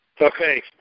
Okay